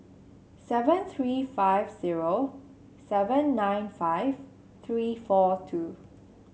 seven three five zero seven nine five three four two